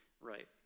right